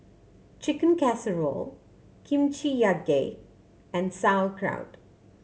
Chicken Casserole Kimchi Jjigae and Sauerkraut